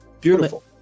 Beautiful